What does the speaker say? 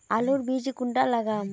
आलूर बीज कुंडा लगाम?